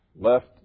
left